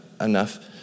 enough